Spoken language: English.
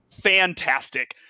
fantastic